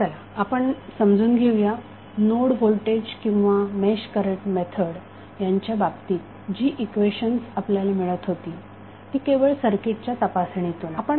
चला आपण समजून घेऊया नोड व्होल्टेज किंवा मेश करंट मेथड यांच्या बाबतीत जी इक्वेशन्स आपल्याला मिळत होती ती केवळ सर्किटच्या तपासणीतूनच